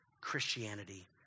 Christianity